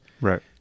right